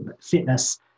fitness